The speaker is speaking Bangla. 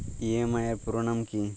ই.এম.আই এর পুরোনাম কী?